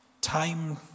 Time